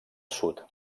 sud